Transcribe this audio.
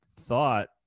thought